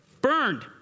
Burned